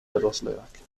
erosleak